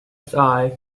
rsi